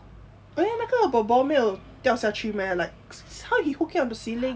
then 那个 ball ball 没有掉下去 meh like how he hook it up to ceiling